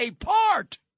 apart